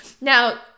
now